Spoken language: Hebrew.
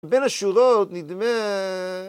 בן השורות נדמה...